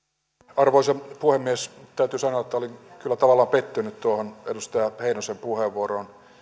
arvoisa puhemies täytyy sanoa että olin kyllä tavallaan pettynyt tuohon edustaja heinosen puheenvuoroon